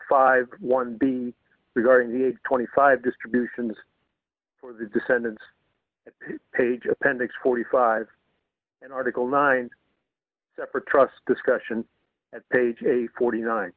fifty one be regarding the eight hundred and twenty five distributions for the descendants page appendix forty five and article nine separate trusts discussion at page a forty nine